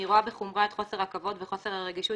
אני רואה בחומרה את חוסר הכבוד וחוסר הרגישות